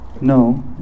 No